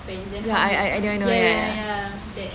ya I get I get I know ya ya